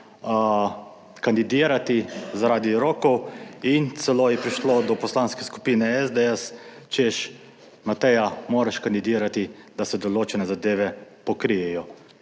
kandidirati zaradi rokov in celo je prišlo do Poslanske skupine SDS češ, Mateja, moraš kandidirati, da se določene zadeve pokrijejo